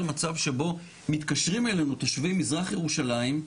מצב שבו מתקשרים אלינו תושבי מזרח ירושלים,